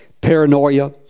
paranoia